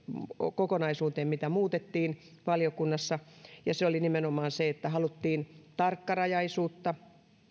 kokonaisuuteen mitä muutettiin valiokunnassa ja se oli nimenomaan se että haluttiin tarkkarajaisuutta